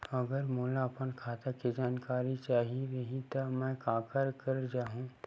अगर मोला अपन खाता के जानकारी चाही रहि त मैं काखर करा जाहु?